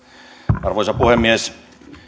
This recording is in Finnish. arvoisa puhemies